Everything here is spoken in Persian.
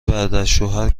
برادرشوهر